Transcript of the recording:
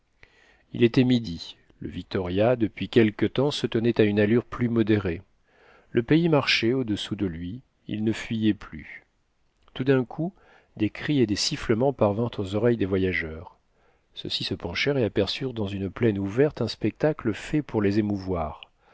il était midi le victoria depuis quelque temps se tenait à une allure plus modérée le pays marchait au-dessous de lui il ne fuyait plus tout d'un coup des cris et des sifflements parvinrent aux oreilles des voyageurs ceux-ci se penchèrent et aperçurent dans une plaine ouverte un spectacle fait pour les émouvoir